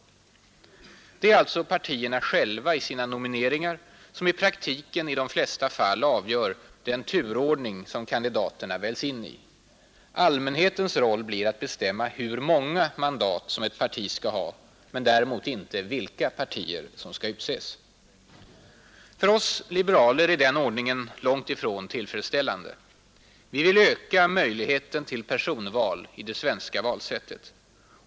Det är alltså partierna själva i sina nomineringar som i praktiken i de flesta fall avgör den turordning som kandidaterna väljs i. Allmänhetens roll blir att bestämma hur många mandat ett parti skall ha men däremot inte vilka personer som skall utses. För oss liberaler är den ordningen långtifrån tillfredsställande. Vi vill öka möjligheten till personval i det svenska valsättet.